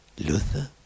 Luther